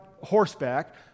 horseback